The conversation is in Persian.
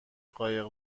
قایق